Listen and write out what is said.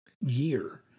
year